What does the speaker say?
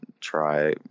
try